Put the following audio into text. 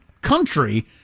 country